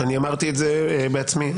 אמרתי בעצמי,